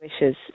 Wishes